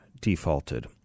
defaulted